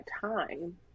time